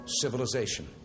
civilization